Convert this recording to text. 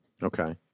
Okay